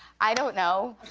i don't know.